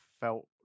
felt